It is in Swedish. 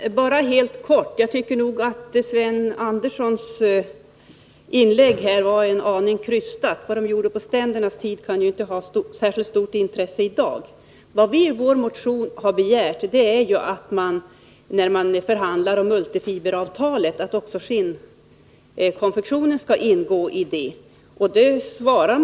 Fru talman! Jag skall fatta mig kort. Jag tycker att Sven Anderssons inlägg var en aning krystat. Vad man gjorde på ständernas tid kan väl inte vara av särskilt stort intresse i dag. Vi har i vår motion begärt att man i samband med förhandlingarna om multifiberavtalet understryker att också skinnindustrin skall omfattas av detta avtal.